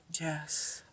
Yes